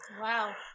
Wow